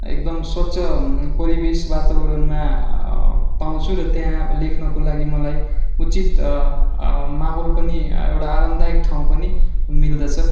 एकदम स्वच्छ परिवेश वातावरणमा पाउँछु र त्यहाँ लेख्नको लागि मलाई उचित माहौल पनि एउटा आरामदायक ठाउँ पनि मिल्दछ